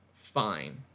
fine